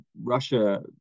Russia